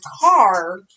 car